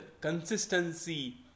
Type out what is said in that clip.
consistency